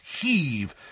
heave